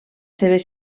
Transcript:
seves